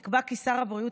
נקבע כי שר הבריאות,